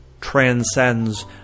transcends